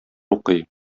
укый